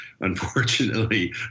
unfortunately